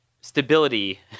stability